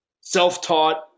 self-taught